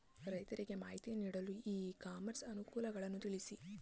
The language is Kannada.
ರೈತರಿಗೆ ಮಾಹಿತಿ ನೀಡಲು ಇ ಕಾಮರ್ಸ್ ಅನುಕೂಲಗಳನ್ನು ತಿಳಿಸಿ?